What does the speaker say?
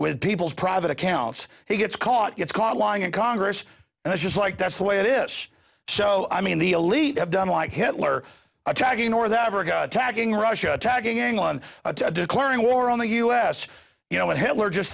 with people's private accounts he gets caught it's caught lying in congress and it's just like that's the way it is so i mean the elite have done like hitler attacking or that ever got attacking russia tacking on declaring war on the us you know what hitler just